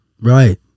Right